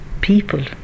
people